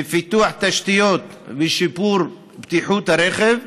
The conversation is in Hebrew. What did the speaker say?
בפיתוח תשתיות ובשיפור בטיחות הרכב.